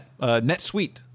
Netsuite